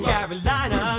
Carolina